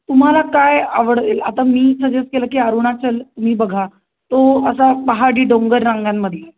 तुम्हाला काय आवडेल आता मी सजेस्ट केलं की अरुणाचल तुम्ही बघा तो असा पहाडी डोंगर रांगांमध्ये आहे